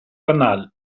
canal